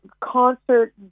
concert